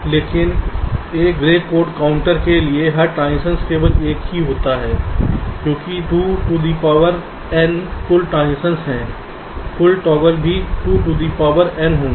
लेकिन एक grey code counter के लिए हर ट्रांजिशन केवल एक ही होता है क्योंकि 2 टू दी पावर n कुल ट्रांजिशन हैं कुल टॉगल भी 2 टू दी पावर n होंगे